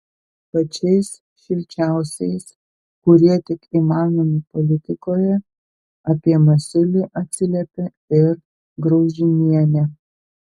pačiais šilčiausiais kurie tik įmanomi politikoje apie masiulį atsiliepė ir graužinienė